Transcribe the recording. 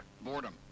boredom